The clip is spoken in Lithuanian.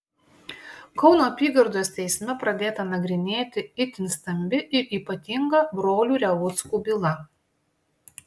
kauno apygardos teisme pradėta nagrinėti itin stambi ir ypatinga brolių revuckų byla